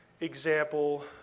example